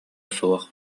суох